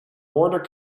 border